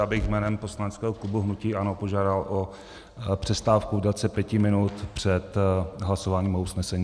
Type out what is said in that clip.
Já bych jménem poslaneckého klubu hnutí ANO požádal o přestávku v délce pěti minut před hlasováním o usnesení.